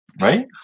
Right